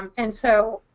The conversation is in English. and so